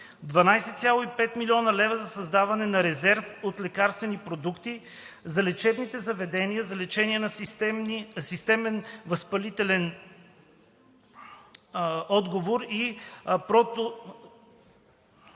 12,5 млн. лв. – за създаване на резерв от лекарствени продукти за лечебните заведения за лечение на системен възпалителен отговор и